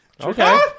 Okay